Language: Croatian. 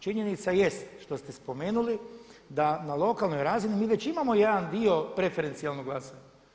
Činjenica jeste što ste spomenuli da na lokalnoj razini mi već imamo jedan dio preferencijalnog glasanja.